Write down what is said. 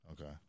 Okay